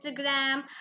Instagram